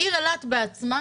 העיר אילת בעצמה